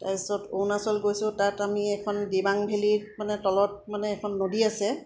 তাৰপিছত অৰুণাচল গৈছোঁ তাত আমি এখন দিবাংভেলীত মানে তলত মানে এখন নদী আছে